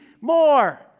more